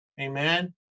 amen